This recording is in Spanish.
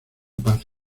paz